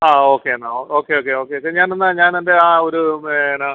ആ ഓക്കെ എന്നാൽ okay okay okay ശരി ഞാൻ എന്നാൽ ഞാനെന്റെ ആ ഒരു ഏന